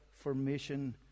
formation